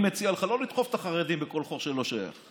אני מציע לך לא לדחוף את החרדים בכל חור שלא שייך.